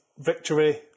Victory